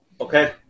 Okay